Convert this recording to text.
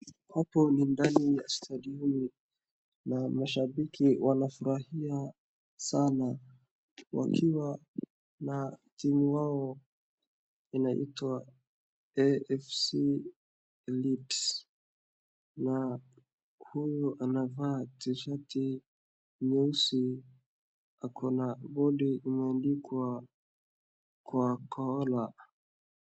Hapa ni ndani ya stadium na mashabiki wanafurahia sana wakiwa na timu wao inaitwa AFC Leads, na huyu amevaa t-shirt nyeusi ako na board imeandikwa khwakhola.